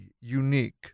unique